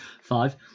five